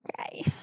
Okay